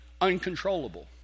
uncontrollable